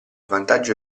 vantaggio